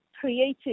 creating